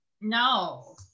No